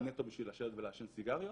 נטו בשביל לשבת ולעשן סיגריות,